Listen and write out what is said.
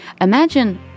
Imagine